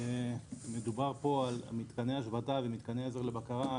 מדובר פה על מתקני השבתה ומתקני עזר לבקרה.